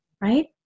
Right